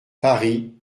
paris